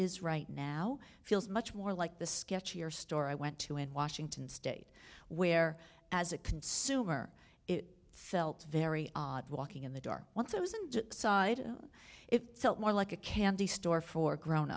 is right now feels much more like the sketchier store i went to in washington state where as a consumer it felt very odd walking in the door once it was in side it felt more like a candy store for grown